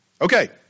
Okay